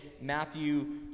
Matthew